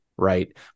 right